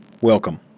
Welcome